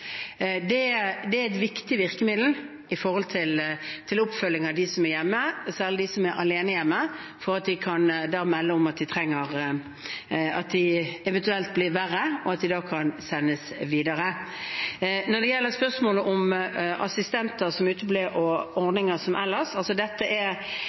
Det er et viktig virkemiddel for oppfølging av dem som er hjemme, særlig dem som er alene hjemme, at de kan melde om hva de trenger, om de eventuelt blir verre, og at de da kan sendes videre. Så til spørsmålet om assistenter som uteblir, og ordninger ellers. Dette er